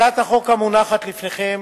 הצעת החוק המונחת לפניכם